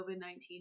COVID-19